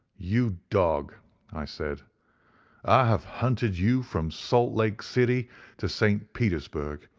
you dog i said i have hunted you from salt lake city to st. petersburg,